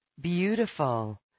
Beautiful